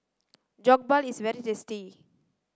jokbal is very tasty